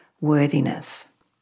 worthiness